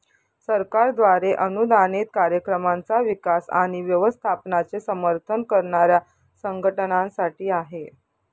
सरकारद्वारे अनुदानित कार्यक्रमांचा विकास आणि व्यवस्थापनाचे समर्थन करणाऱ्या संघटनांसाठी आहे